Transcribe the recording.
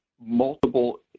multiple